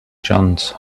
johns